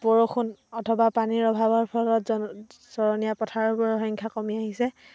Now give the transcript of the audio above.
বৰষুণ অথবা পানীৰ অভাৱৰ ফলত জন চৰণীয়া পথাৰবোৰৰ সংখ্য়া কমি আহিছে